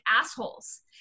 assholes